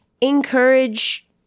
encourage